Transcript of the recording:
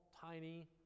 tiny